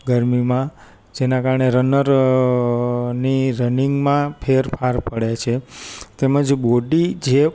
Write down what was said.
ગરમીમાં જેના કારણે રનર ની રનીંગમાં ફેરફાર પડે છે તેમજ બોડી જે